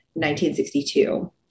1962